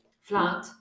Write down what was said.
flat